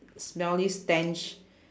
smelly stench